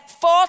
four